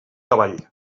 cavall